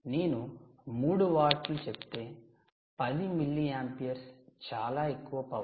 నేను 3 వోల్ట్లు చెబితే 10 మిల్లీయాంపీయర్స్ చాలా ఎక్కువ పవర్